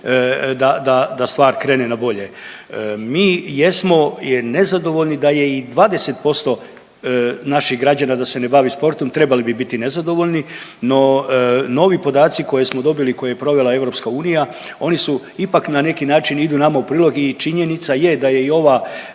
da stvar krene na bolje. Mi jesmo nezadovoljni da je i 20% naših građana da se ne bavi sportom trebali bi biti nezadovoljni, no novi podaci koje smo dobili i koje je provela EU oni su ipak na neki način idu nama u prilog i činjenica je da je i ova